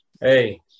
Hey